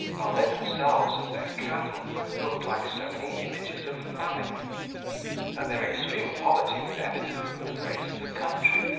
while they themselves and their cattle looked like so many images of famine that their extreme poverty was evident from the face of the country,